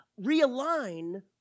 realign